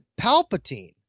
Palpatine